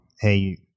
hey